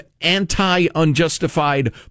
anti-unjustified